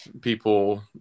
people